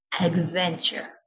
adventure